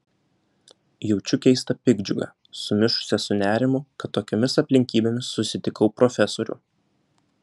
jaučiu keistą piktdžiugą sumišusią su nerimu kad tokiomis aplinkybėmis susitikau profesorių